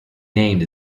named